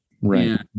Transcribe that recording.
Right